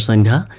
so and